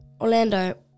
Orlando